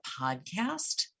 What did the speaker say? podcast